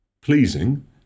pleasing